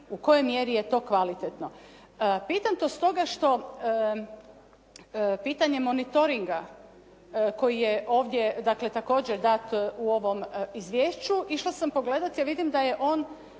u kojoj mjeri je to kvalitetno. Pitam to stoga što pitanje monitoringa koji je ovdje također dat u ovom izvješću. Išla sam pogledati da je on